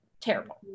terrible